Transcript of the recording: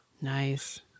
Nice